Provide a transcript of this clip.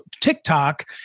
tiktok